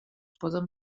poden